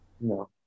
No